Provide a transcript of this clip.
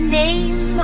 name